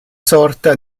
sorta